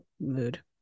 mood